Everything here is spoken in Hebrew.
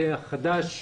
החדש,